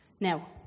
Now